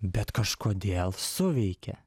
bet kažkodėl suveikė